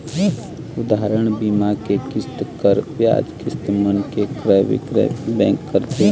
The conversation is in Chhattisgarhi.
उदाहरन, बीमा के किस्त, कर, बियाज, किस्ती मन के क्रय बिक्रय बेंक करथे